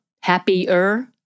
happier